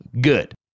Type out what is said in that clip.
good